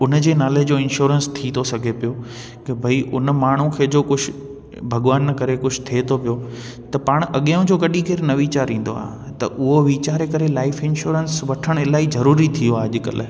उन जे नाले जो इंश्योरेंस थी थो सघे पियो के भई उन माण्हू खे जो कुछ भॻिवान न करे कुझु थिए थो पियो त पाण अॻियो जो कॾी केर न वीचारींदो आहे त उहो वीचारे करे लाइफ इंश्योरेंस वठणु इलाही ज़रूरी थी वियो आहे अॼुकल्ह